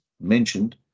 mentioned